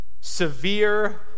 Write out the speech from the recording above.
Severe